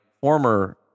former